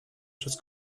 przez